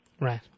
Right